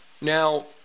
Now